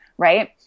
Right